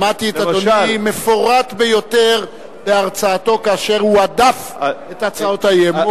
שמעתי את אדוני מפורט ביותר בהרצאתו כאשר הוא הדף את הצעות האי-אמון.